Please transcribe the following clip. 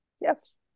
Yes